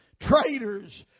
traitors